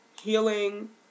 healing